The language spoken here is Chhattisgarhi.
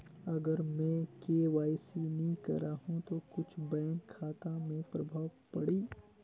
अगर मे के.वाई.सी नी कराहू तो कुछ बैंक खाता मे प्रभाव पढ़ी?